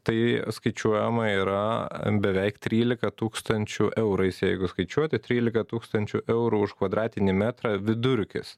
tai skaičiuojama yra beveik trylika tūkstančių eurais jeigu skaičiuoti trylika tūkstančių eurų už kvadratinį metrą vidurkis